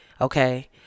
Okay